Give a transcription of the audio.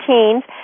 Teens